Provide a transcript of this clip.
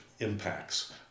impacts